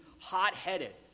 hot-headed